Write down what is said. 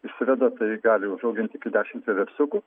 išsiveda tai gali užauginti iki dešimt vieversiukų